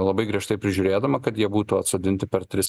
labai griežtai prižiūrėdama kad jie būtų atsodinti per tris